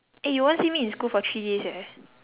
eh you won't see me in school for three days eh